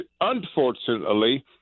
Unfortunately